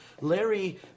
Larry